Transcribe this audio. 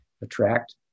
attract